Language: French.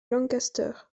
lancaster